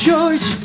choice